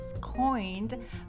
coined